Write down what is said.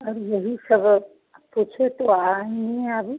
अब यही सब पूछे तो आएँगे अभी